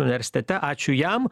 universitete ačiū jam